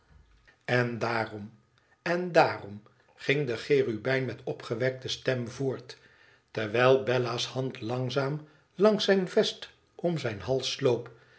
en daarom en daarom ging de cherubijn met opgewekte stem voort terwijl bella's hand langzaam langs zijn vest om zijn hals sloop